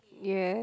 yes